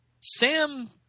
Sam